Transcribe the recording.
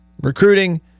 recruiting